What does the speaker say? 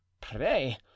Pray